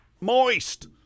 Moist